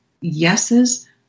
yeses